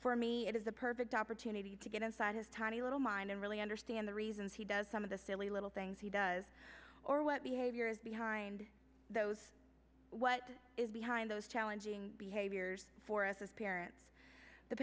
for me it is a perfect opportunity to get inside his tiny little mind and really understand the reasons he does some of the silly little things he does or what behavior is behind those what is behind those challenging behaviors for us as parents the